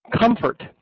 comfort